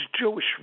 Jewish